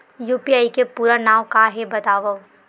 UPI के पूरा नाम का हे बतावव?